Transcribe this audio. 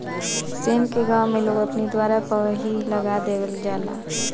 सेम के गांव में लोग अपनी दुआरे पअ ही लगा देहल जाला